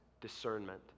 discernment